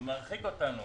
מרחיק אותנו